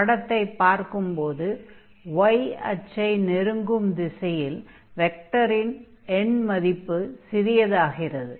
படத்தைப் பார்க்கும்போது y அச்சை நெருங்கும் திசையில் வெக்டரின் எண்மதிப்பு சிறியதாகிறது